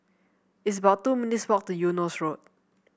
it's about two minutes' walk to Eunos Road